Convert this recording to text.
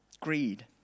Greed